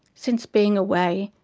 since being away,